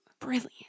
brilliant